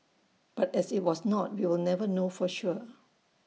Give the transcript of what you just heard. but as IT was not we will never know for sure